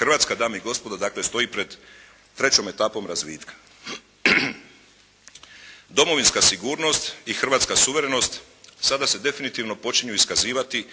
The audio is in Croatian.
Hrvatska, dame i gospodo dakle stoji pred trećom etapom razvitka. Domovinska sigurnost i hrvatska suverenost sada se definitivno počinju iskazivati